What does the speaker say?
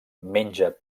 menja